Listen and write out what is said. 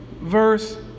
verse